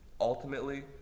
ultimately